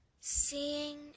seeing